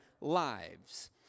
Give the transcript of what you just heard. lives